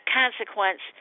consequence